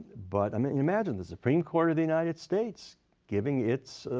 but i mean imagine the supreme court of the united states giving its